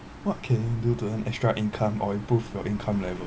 what can you do to earn extra income or improve your income level